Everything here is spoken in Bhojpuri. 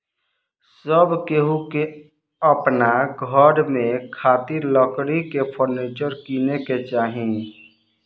सब केहू के अपना घर में खातिर लकड़ी के फर्नीचर किने के चाही